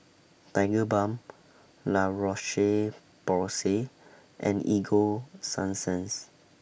Tigerbalm La Roche Porsay and Ego Sunsense